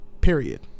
Period